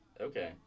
Okay